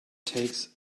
takes